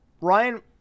Ryan